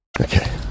Okay